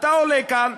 אתה עולה כאן,